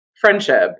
friendship